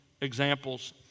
examples